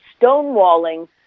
stonewalling